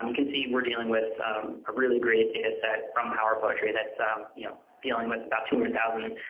um can see we are dealing with a really great data set from power poetry that's um yeah dealing with about two hundred thousand